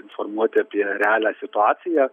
informuoti apie realią situaciją